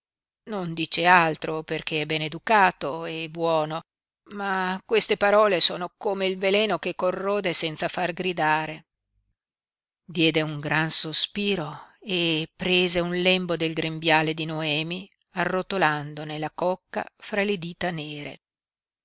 non dice altro perché è beneducato e buono ma queste parole sono come il veleno che corrode senza far gridare diede un gran sospiro e prese un lembo del grembiale di noemi arrotolandone la cocca fra le dita nere